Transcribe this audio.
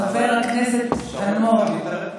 חבר הכנסת אלמוג,